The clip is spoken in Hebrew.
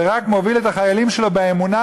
ורק מוביל את החיילים שלו באמונה,